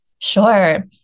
Sure